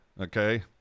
Okay